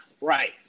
Right